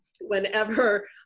whenever